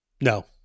no